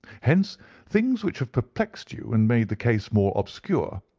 hence things which have perplexed you and made the case more obscure,